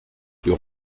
plus